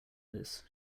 this